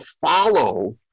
follow